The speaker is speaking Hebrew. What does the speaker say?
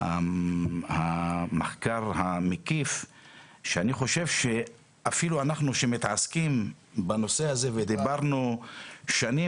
והמחקר המקיף שאני חושב שאפילו אנחנו שמתעסקים בנושא הזה ודיברנו שנים,